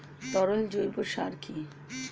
তরল জৈব সার কি?